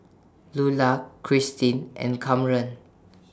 Lulah Cristin and Kamren